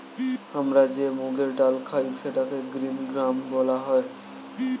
আমরা যে মুগের ডাল খাই সেটাকে গ্রীন গ্রাম বলা হয়